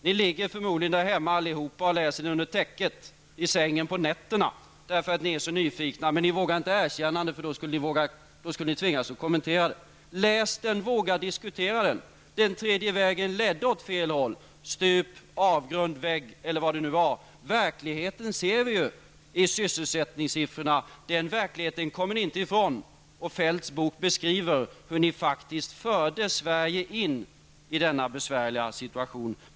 Ni ligger förmodligen allihop där hemma och läser den under täcket i sängen på nätterna, därför att ni är så nyfikna. Men det vågar ni inte erkänna, för då skulle ni tvingas att kommentera den. Läs boken och våga diskutera den! Den tredje vägen ledde åt fel håll, mot stup, avgrund, vägg eller vart den nu ledde till. Verkligheten avspeglar sig ju i sysselsättningssiffrorna och den verkligheten kommer ni inte ifrån. Feldts bok beskriver hur ni faktiskt förde Sverige in i denna besvärliga situation.